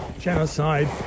genocide